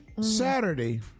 Saturday